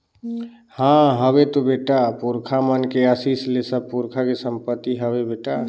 हां हवे तो बेटा, पुरखा मन के असीस ले सब पुरखा के संपति हवे बेटा